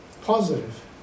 Positive